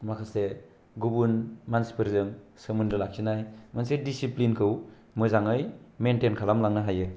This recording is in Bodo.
माखासे गुबुन मानसिफोरजों सोमोन्दो लाखिनाय मोनसे दिसिफ्लिनखौ मोजाङै मेइन्टेन खालाम लांनो हायो